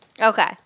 Okay